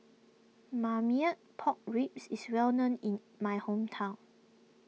Marmite Pork Ribs is well known in my hometown